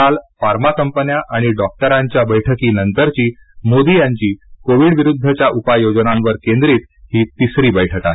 काल फार्मा कंपन्या आणि डॉक्टरांच्या बैठकीनंतरची मोदी यांची कोविड विरुद्ध च्या उपाय योजना वर केंद्रित ही तिसरी बैठक आहे